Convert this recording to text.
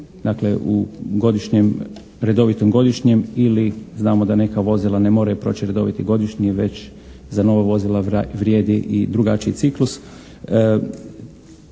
godišnjem redovitom godišnjem ili znamo da neka vozila ne moraju proći redoviti godišnji već za nova vozila vrijedi i drugačiji ciklus.